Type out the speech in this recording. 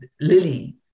Lily